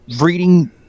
reading